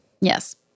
Yes